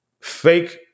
fake